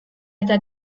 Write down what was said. eta